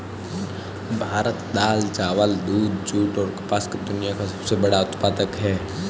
भारत दाल, चावल, दूध, जूट, और कपास का दुनिया का सबसे बड़ा उत्पादक है